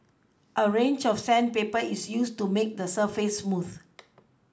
a range of sandpaper is used to make the surface smooth